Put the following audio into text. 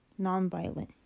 nonviolent